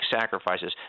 sacrifices